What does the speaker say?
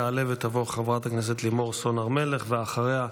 תעלה ותבוא חברת הכנסת לימור סון הר מלך, ואחריה,